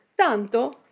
Tanto